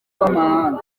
kunywa